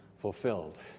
fulfilled